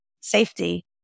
safety